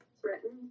threatened